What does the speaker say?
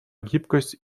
гибкость